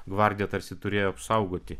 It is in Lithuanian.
gvardija tarsi turėjo apsaugoti